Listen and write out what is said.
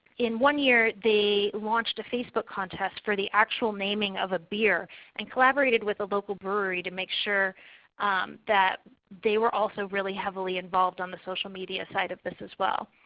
in one year, they launched a facebook contest for the actual naming of a beer and collaborated with a local brewery to make sure that they were also really heavily involved on the social media side of this as well.